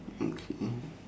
okay